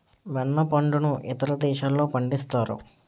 వెన్న పండును ఇతర దేశాల్లో పండిస్తారు